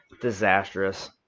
disastrous